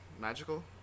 magical